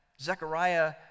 Zechariah